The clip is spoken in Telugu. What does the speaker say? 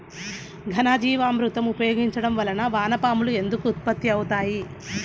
ఘనజీవామృతం ఉపయోగించటం వలన వాన పాములు ఎందుకు ఉత్పత్తి అవుతాయి?